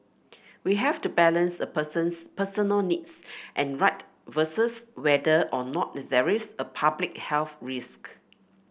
we have to balance a person's personal needs and right versus whether or not there is a public health risk